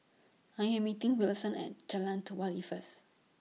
I Am meeting Wilson At Jalan Telawi First